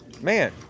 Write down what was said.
man